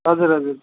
हजुर हजुर